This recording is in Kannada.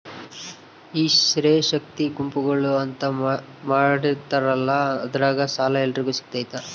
ಈ ಸ್ತ್ರೇ ಶಕ್ತಿ ಗುಂಪುಗಳು ಅಂತ ಮಾಡಿರ್ತಾರಂತಲ ಅದ್ರಾಗ ಸಾಲ ಎಲ್ಲರಿಗೂ ಸಿಗತೈತಾ?